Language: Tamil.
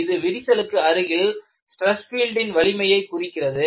இது விரிசலுக்கு அருகில் ஸ்ட்ரெஸ் பீல்டின் வலிமையை குறிக்கிறது